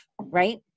right